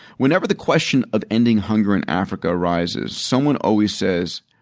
whenever the question of ending hunger in africa arises, someone always says,